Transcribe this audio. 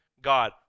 God